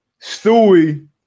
Stewie